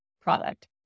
product